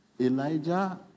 Elijah